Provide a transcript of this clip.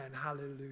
hallelujah